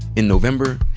in november,